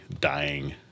dying